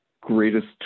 greatest